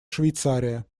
швейцария